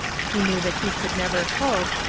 he knew that he could never hope,